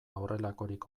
horrelakorik